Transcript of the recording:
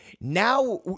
now